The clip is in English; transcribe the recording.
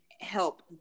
help